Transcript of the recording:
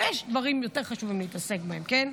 הרי יש דברים יותר חשובים להתעסק בהם, כן?